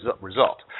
result